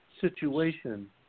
situation